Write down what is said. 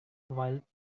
while